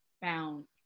found